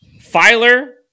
Filer